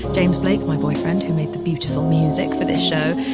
james blake, my boyfriend who made the beautiful music for this show.